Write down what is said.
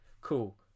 Cool